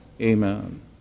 amen